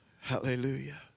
Hallelujah